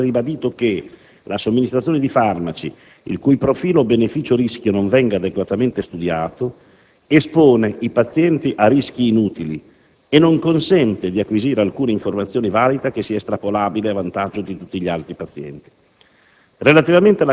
non può non essere ribadito che la somministrazione di farmaci, il cui profilo beneficio-rischio non venga adeguatamente studiato, espone i pazienti a rischi inutili e non consente di acquisire alcuna informazione valida che sia estrapolabile a vantaggio di tutti gli altri pazienti.